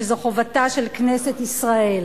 שזו חובתה של כנסת ישראל